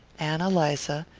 ann eliza,